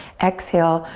exhale,